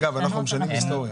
אגב, אנחנו משנים היסטוריה.